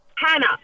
Hannah